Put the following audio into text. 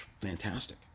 fantastic